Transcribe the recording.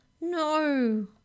No